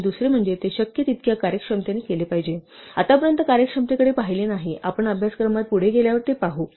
आणि दुसरे म्हणजे ते शक्य तितक्या कार्यक्षमतेने केले पाहिजे आतापर्यंत कार्यक्षमतेकडे पाहिले नाही आपण अभ्यासक्रमात पुढे गेल्यावर ते पाहू